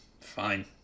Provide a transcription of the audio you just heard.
Fine